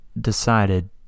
decided